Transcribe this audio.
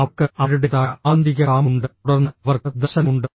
അവർക്ക് അവരുടേതായ ആന്തരിക കാമ്പ് ഉണ്ട് തുടർന്ന് അവർക്ക് ദർശനമുണ്ട്